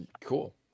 cool